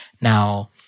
Now